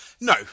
No